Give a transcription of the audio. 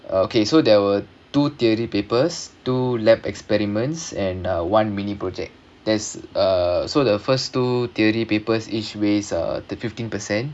uh okay so there were two theory papers two laboratory experiments and uh one mini project that's uh so the first two theory papers each weighs uh the fifteen percent